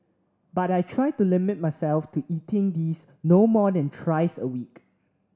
but I try to limit myself to eating these no more than thrice a week